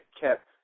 kept